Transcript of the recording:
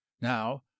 Now